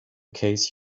case